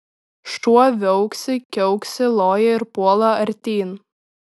šuo viauksi kiauksi loja ir puola artyn